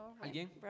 Alguien